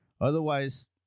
Otherwise